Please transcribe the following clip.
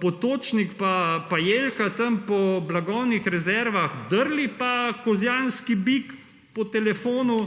Potočnik in Jelka tam po blagovnih rezervah drli in kozjanski bik po telefonu,